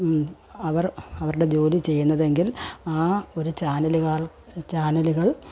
അവർ അവരുടെ ജോലി ചെയ്യുന്നതെങ്കിൽ ആ ഒരു ചാനലുകാർ ചാനലുകൾ